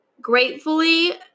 Gratefully